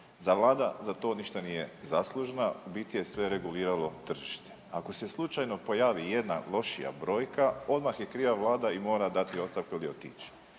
vlada za to ništa nije zaslužna, u biti je sve reguliralo tržište. Ako se slučajno pojavi ijedna lošija brojka odmah je kriva vlada i mora dati ostavku ili otići.